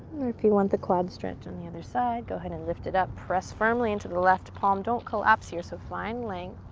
or if you want the quad stretch on the other side, go ahead and lift it up. press firmly into the left palm. don't collapse here, so find length.